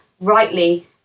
rightly